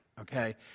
okay